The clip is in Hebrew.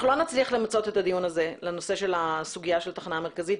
אנחנו לא נצליח למצות את הדיון הזה לנושא של הסוגיה של התחנה המרכזית,